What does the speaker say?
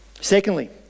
Secondly